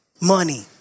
Money